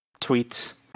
tweets